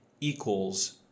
equals